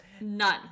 None